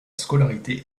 scolarité